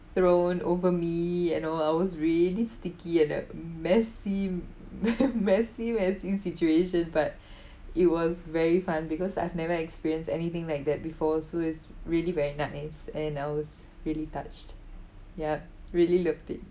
thrown over me and all I was really sticky and a messy messy messy situation but it was very fun because I've never experienced anything like that before so it's really very nice and I was really touched yup really loved it